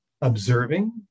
observing